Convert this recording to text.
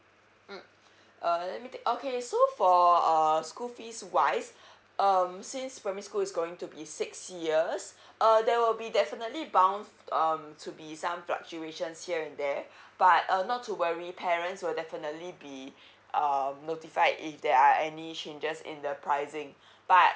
mm uh lemme take okay so for err school fees wise um since primary school is going to be six years uh there will be definitely bound um to be some fluctuations here and there but uh not to worry parents will definitely be um notified if there are any changes in the pricing but